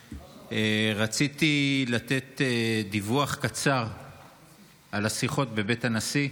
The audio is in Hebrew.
הכנסת, רציתי לתת דיווח קצר על השיחות בבית הנשיא,